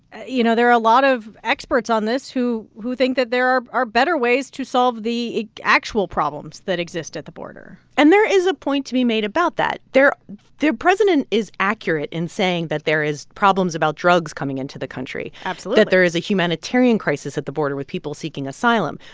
you know, there are a lot of experts on this who who think that there are are better ways to solve the actual problems that exist at the border and there is a point to be made about that. there the president is accurate in saying that there is problems about drugs coming into the country. absolutely. that there is a humanitarian crisis at the border with people seeking asylum.